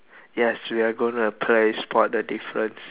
yes we are gonna play spot the difference